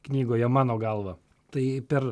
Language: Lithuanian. knygoje mano galva tai per